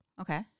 Okay